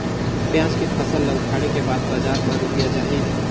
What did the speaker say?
पियाज के फसल ला उखाड़े के बाद बजार मा रुपिया जाही?